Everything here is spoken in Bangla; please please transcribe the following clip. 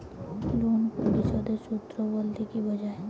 লোন পরিশোধের সূএ বলতে কি বোঝায়?